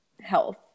health